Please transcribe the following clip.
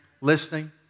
listening